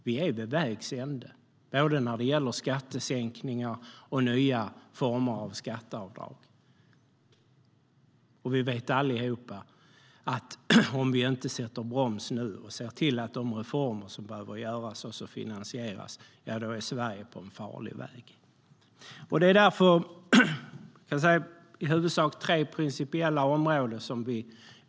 Vi är vid vägs ände både när det gäller skattesänkningar och nya former av skatteavdrag, och vi vet allihop att Sverige är på en farlig väg om vi inte sätter till bromsen nu och ser till att de reformer som behöver göras också finansieras. Det är därför vi gör intäktsförstärkningar på i huvudsak tre principiella områden.